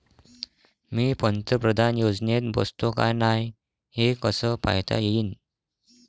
मी पंतप्रधान योजनेत बसतो का नाय, हे कस पायता येईन?